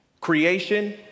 creation